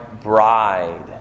Bride